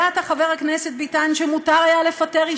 על-ידי ארגונים של זכויות אדם,